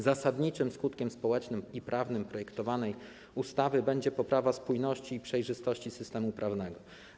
Zasadniczym skutkiem społecznym i prawnym projektowanej ustawy będzie poprawa spójności i przejrzystości systemu prawnego.